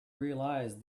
realised